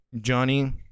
Johnny